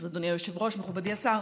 אדוני היושב-ראש, מכובדי השר,